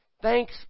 Thanks